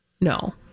No